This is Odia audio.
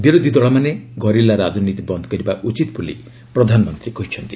ବିରୋଧୀ ଦଳମାନେ ଗରିଲା ରାଜନୀତି ବନ୍ଦ କରିବା ଉଚିତ୍ ବୋଲି ପ୍ରଧାନମନ୍ତ୍ରୀ କହିଛନ୍ତି